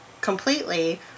completely